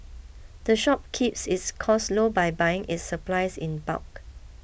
the shop keeps its costs low by buying its supplies in bulk